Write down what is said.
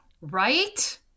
Right